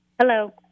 Hello